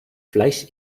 fleisch